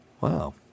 Wow